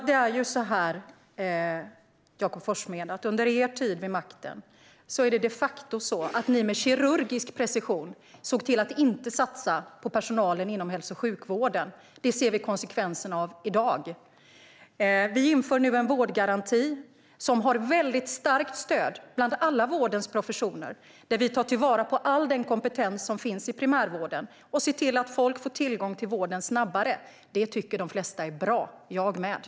Herr talman! Under er tid vid makten, Jakob Forssmed, såg ni med kirurgisk precision till att inte satsa på personalen inom hälso och sjukvården. Det ser vi konsekvenserna av i dag. Vi inför nu en vårdgaranti som har väldigt starkt stöd bland alla vårdens professioner. Vi tar vara på all kompetens som finns i primärvården och ser till att folk får tillgång till vården snabbare. Det tycker de flesta är bra - jag också.